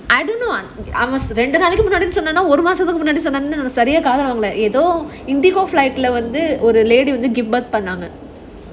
I don't know I must ரெண்டு நாளைக்கு முன்னடியா இல்ல ஒரு மாசத்துக்கு முன்னடியானு சரியாகாதுல வாங்கல:rendu naalaiku munnaadiyae illa oru maasathuku munnadiyaanu sariyaagaathula vaangala Indigo flight leh வந்து:vandhu lady give birth பண்ணாங்க:pannaanga